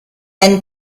and